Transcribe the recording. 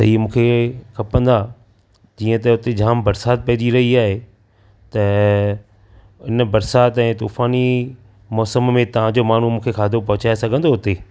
त इहा मूंखे खपंदा जीअं त हिते जामु बरिसातु पइजी रही आहे त हिन बरिसातु ऐं तूफ़ानी मौसम में तव्हांजो माण्हू मूंखे खाधो पहुचाए सघंदो हिते